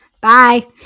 Bye